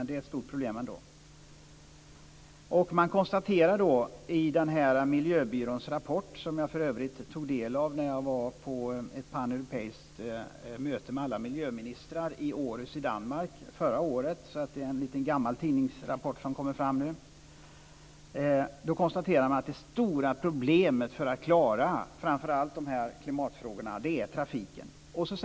Det är ett stort problem ändå. Man konstaterar i miljöbyråns rapport - som jag för övrigt tog del av när jag var på ett paneuropeiskt möte med alla miljöministrar i Århus i Danmark förra året, så det är en gammal tidningsrapport som nu kommer fram - att det stora problemet för att klara framför allt klimatfrågorna är trafiken.